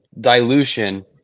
dilution